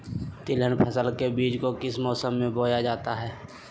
तिलहन फसल के बीज को किस मौसम में बोया जाता है?